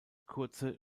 kurze